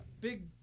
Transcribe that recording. Big